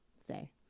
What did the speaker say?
say